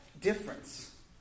difference